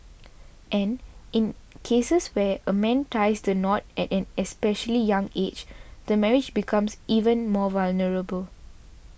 and in cases where a man ties the knot at an especially young age the marriage becomes even more vulnerable